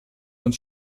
und